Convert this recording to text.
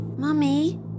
Mummy